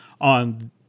on